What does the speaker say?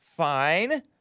Fine